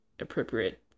appropriate